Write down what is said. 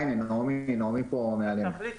אני אתחיל